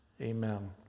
amen